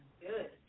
good